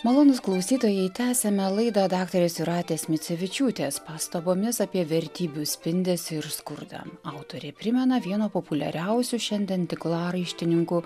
malonūs klausytojai tęsiame laidą daktarės jūratės micevičiūtės pastabomis apie vertybių spindesį ir skurdą autorė primena vieno populiariausių šiandien tinklaraštininkų